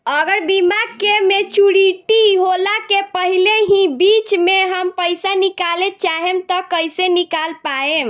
अगर बीमा के मेचूरिटि होला के पहिले ही बीच मे हम पईसा निकाले चाहेम त कइसे निकाल पायेम?